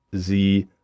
Sie